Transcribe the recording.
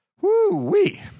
Woo-wee